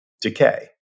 decay